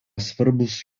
svarbus